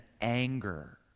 anger